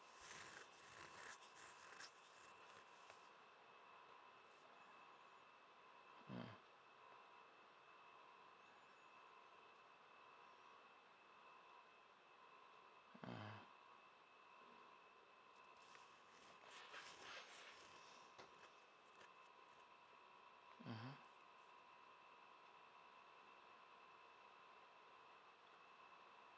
mm mmhmm mmhmm